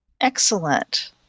excellent